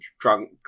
drunk